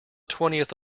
twentieth